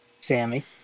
Sammy